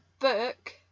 book